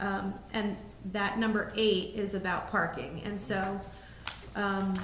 and that number eight is about parking and so